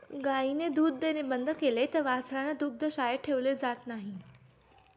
गायीने दूध देणे बंद केले तर वासरांना दुग्धशाळेत ठेवले जात नाही